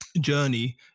journey